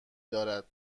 دارد